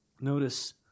Notice